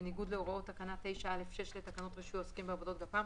בניגוד להוראות תקנה 9(א)(6) לתקנות רישוי העוסקים בעובדות גפ"מ,